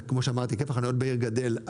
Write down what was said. אז כמו שאמרתי היקף החניות בעיר גדל.